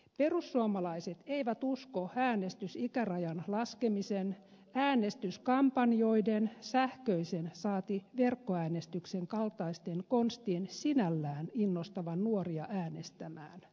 perussuomalaiset eivät usko äänestysikärajan laskemisen äänestyskampanjoiden sähköisen saati verkkoäänestyksen kaltaisten konstien sinällään innostavan nuoria äänestämään